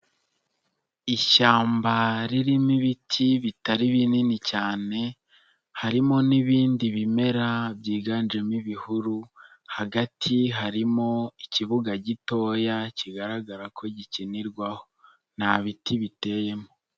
Ishyamba ririmo ibiti bitari binini cyane, harimo n'ibindi bimera byiganjemo ibihuru, hagati harimo ikibuga gitoya kigaragara ko gikinirwaho nta biti biteyemo.